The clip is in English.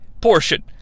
portion